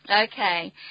Okay